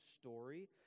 story